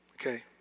Okay